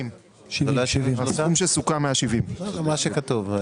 70. מה שכתוב.